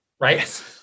Right